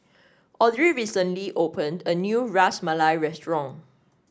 Audry recently opened a new Ras Malai Restaurant